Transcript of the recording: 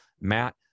Matt